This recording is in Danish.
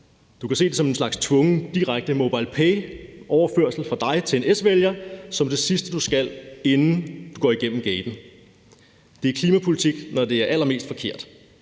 Du kan se det som en slags tvunget direkte mobilepayoverførsel fra dig til en S-vælger som det sidste, du skal, inden du går igennem gaten. Det er klimapolitik, når det er allermest forkert.